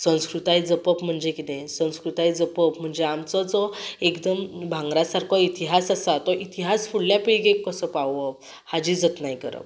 संस्कृताय जपप म्हणजे किदें संस्कृताय जपप म्हणजे आमचो जो एकदम भांगरा सारको इतिहास आसा तो इतिहास फुडले पिळगेक कसो पावोवप हाजी जतनाय करप